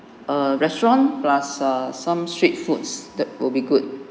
a restaurant plus some street foods that will be good